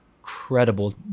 incredible